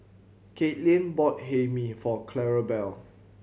Caitlyn bought Hae Mee for Clarabelle